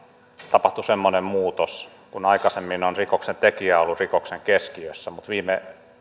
tapahtui semmoinen muutos että kun aikaisemmin on rikoksen tekijä ollut rikoksen keskiössä niin viime